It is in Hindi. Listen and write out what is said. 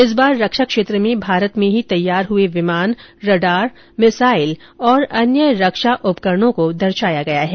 इस बार रक्षा क्षेत्र में भारत में ही तैयार हुए विमान रडॉर मिसाइल और अन्य रक्षा उपकरण को दर्शाया गया है